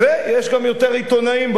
ויש גם יותר עיתונאים,